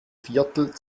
viertel